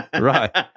right